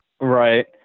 right